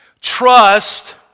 Trust